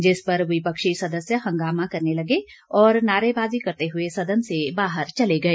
जिस पर विपक्षी सदस्य हंगामा करने लगे और नारेबाजी करते हुए सदन से बाहर चले गए